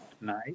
Nice